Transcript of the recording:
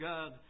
God